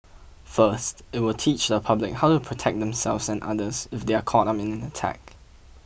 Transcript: first it will teach the public how to protect themselves and others if they are caught up in an attack